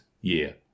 year